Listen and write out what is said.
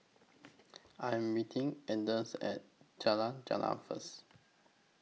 I Am meeting Anders At Jalan Jendela First